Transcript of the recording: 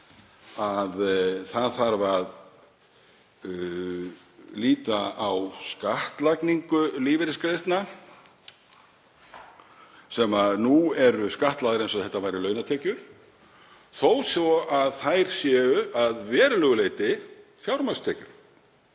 að það þarf að líta á skattlagningu lífeyrisgreiðslna sem nú eru skattlagðar eins og þetta væru launatekjur þó svo að þær séu að verulegu leyti fjármagnstekjur